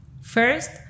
First